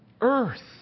earth